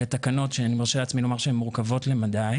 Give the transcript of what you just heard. אלה תקנות שאני מרשה לעצמי לומר שהן מורכבות למדי